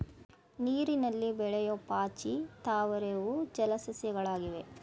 ನೀರಿನಲ್ಲಿ ಬೆಳೆಯೂ ಪಾಚಿ, ತಾವರೆ ಹೂವು ಜಲ ಸಸ್ಯಗಳಾಗಿವೆ